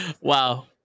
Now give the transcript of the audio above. Wow